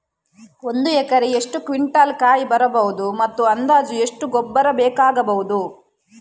ಒಂದು ಎಕರೆಯಲ್ಲಿ ಎಷ್ಟು ಕ್ವಿಂಟಾಲ್ ಕಾಯಿ ಬರಬಹುದು ಮತ್ತು ಅಂದಾಜು ಎಷ್ಟು ಗೊಬ್ಬರ ಬೇಕಾಗಬಹುದು?